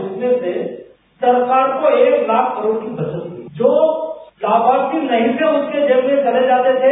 उसमें से सरकार को एक लाख करोड़ की बचत हुई जो लाभार्थी नहीं थे उसके जेब में चले जाते थे